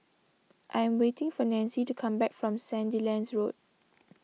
I am waiting for Nancie to come back from Sandilands Road